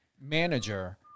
manager